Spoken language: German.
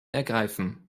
ergreifen